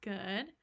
Good